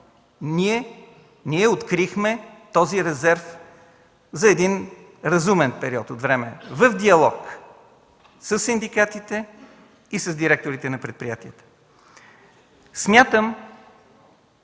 Ние открихме този резерв за един разумен период от време в диалог със синдикатите и с директорите на предприятията.